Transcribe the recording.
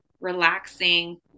relaxing